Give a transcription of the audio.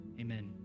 amen